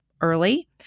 early